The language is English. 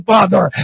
Father